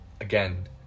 again